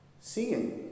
seeing